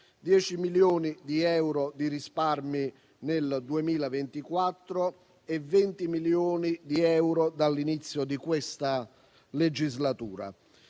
10 milioni di euro di risparmi nel 2024, 20 milioni di euro dall'inizio di questa legislatura